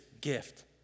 gift